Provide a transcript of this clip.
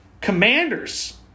Commanders